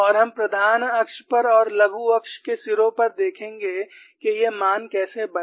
और हम प्रधान अक्ष पर और लघु अक्ष के सिरों पर देखेंगे कि ये मान कैसे बने